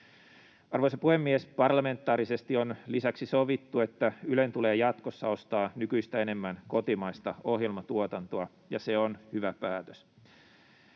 Arvoisa puhemies! Parlamentaarisesti on lisäksi sovittu, että Ylen tulee jatkossa ostaa nykyistä enemmän kotimaista ohjelmatuotantoa, ja se on hyvä päätös.